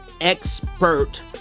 expert